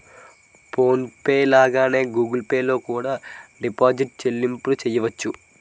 phone pay లాగానే Google Pay లో కూడా డిజిటల్ చెల్లింపులు చెయ్యొచ్చు